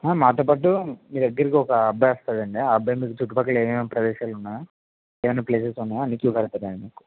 ఆ మాతోపాటు మీ దగ్గిరకి ఒక అబ్బాయి వస్తాడండి ఆ అబ్బాయి మీకు చుట్టు పక్కల ఏమేం ప్రదేశాలున్నా ఏమైనా ప్లేసెస్ ఉన్నా అన్ని చూపెడతాడండి